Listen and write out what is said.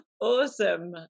Awesome